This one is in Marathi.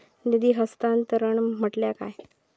निधी हस्तांतरण म्हटल्या काय?